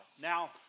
Now